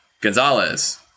Gonzalez